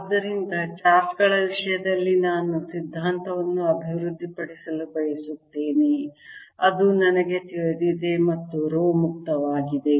ಆದ್ದರಿಂದ ಚಾರ್ಜ್ಗಳ ವಿಷಯದಲ್ಲಿ ನಾನು ಸಿದ್ಧಾಂತವನ್ನು ಅಭಿವೃದ್ಧಿಪಡಿಸಲು ಬಯಸುತ್ತೇನೆ ಅದು ನನಗೆ ತಿಳಿದಿದೆ ಮತ್ತು ರೋ ಮುಕ್ತವಾಗಿದೆ